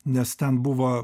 nes ten buvo